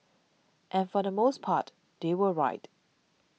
and for the most part they were right